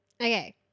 Okay